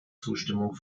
zustimmung